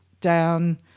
down